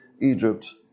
Egypt